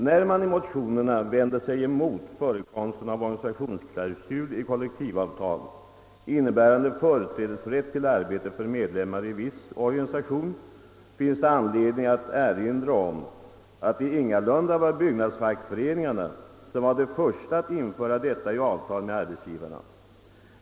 När motionärerna vänder sig mot förekomsten av organisationsklausuler i kollektivavtal, innebärande företrädesrätt till arbete för medlemmar i en viss organisation, finns det anledning att erinra om att det ingalunda var byggnadsfackföreningarna som var de första att införa denna klausul i avtal med arbetsgivarna.